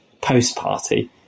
post-party